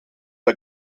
der